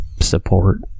support